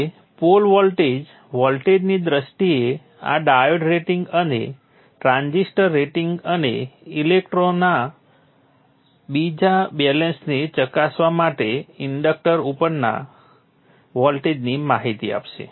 હવે pole voltage વોલ્ટેજની દ્રષ્ટિએ આ ડાયોડ રેટિંગ અને ટ્રાન્ઝિસ્ટર રેટિંગ અને ઇલેક્ટ્રોના બીજા બેલેન્સને ચકાસવા માટે ઇન્ડક્ટર ઉપરના વોલ્ટેજની માહિતી આપશે